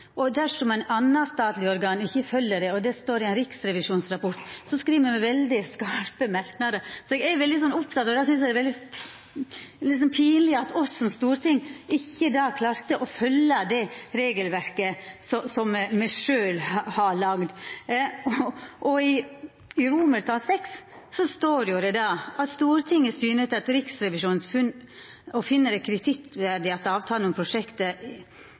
Og dersom eit anna statleg organ ikkje følgjer det, og det står i ein riksrevisjonsrapport, skriv me veldig skarpe merknader. Så eg er veldig oppteken av det, og då synest det er veldig pinleg at me som storting ikkje då klarte å følgja det regelverket som me sjølve har laga. I VI står det jo då: «Stortinget viser til Riksrevisjonens funn og finner det kritikkverdig at avtalen om